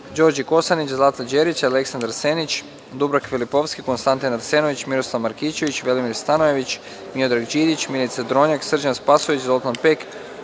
Đorđe Kosanić, Zlata Đerić, Aleksandar Senić, Dubravka Filipovski, Konstantin Arsenović, Miroslav Markićević, Velimir Stanojević, Miodrag Đidić, Milica Drobnjak, Srđan Spasojević, Zoltan Pek,